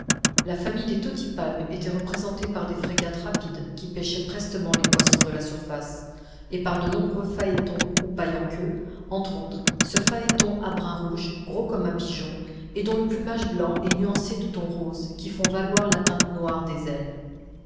la famille des totipalmes était représentée par des frégates rapides qui pêchaient prestement les poissons de la surface et par de nombreux phaétons ou paille en queue entre autres ce phaéton à brins rouges gros comme un pigeon et dont le plumage blanc est nuancé de tons roses qui font valoir la teinte noire des ailes